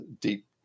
deep